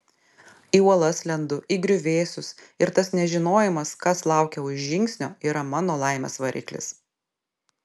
į uolas lendu į griuvėsius ir tas nežinojimas kas laukia už žingsnio yra mano laimės variklis